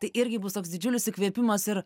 tai irgi bus toks didžiulis įkvėpimas ir